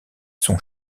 son